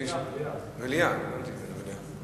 מליאה, מליאה.